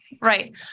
Right